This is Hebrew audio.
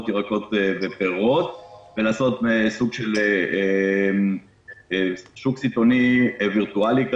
ירקות ופירות ולעשות סוג של שוק סיטונאי וירטואלי,